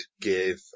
give